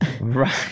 Right